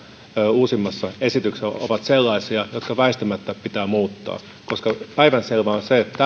uusimmassa esityksessä ovat sellaisia jotka väistämättä pitää muuttaa koska päivänselvää on se että